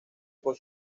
por